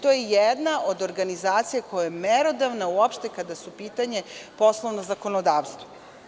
To je jedna od organizacija koja je merodavna kada je u pitanju poslovno zakonodavstvo.